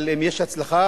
אבל אם יש הצלחה,